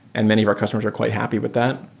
and many of our customers are quite happy with that.